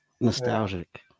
nostalgic